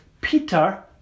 Peter